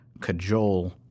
cajole